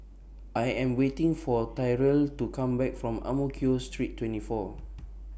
I Am waiting For Tyrel to Come Back from Ang Mo Kio Street twenty four